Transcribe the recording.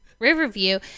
riverview